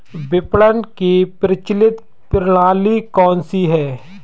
विपणन की प्रचलित प्रणाली कौनसी है?